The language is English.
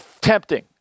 tempting